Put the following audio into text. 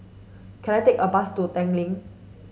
can I take a bus to Tanglin